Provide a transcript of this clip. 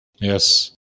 Yes